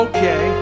Okay